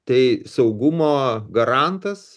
tai saugumo garantas